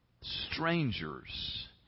strangers